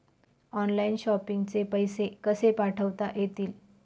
Online shopping चे पैसे कसे पाठवता येतील?